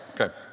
okay